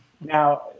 Now